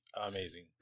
Amazing